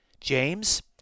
James